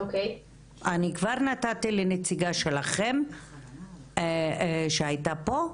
אני כבר נתתי לנציגה שלכם שהייתה פה,